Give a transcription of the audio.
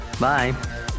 Bye